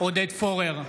עודד פורר,